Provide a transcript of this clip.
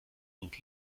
und